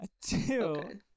Two